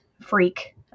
freak